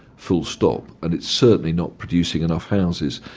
full stop, and it's certainly not producing enough houses.